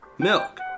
milk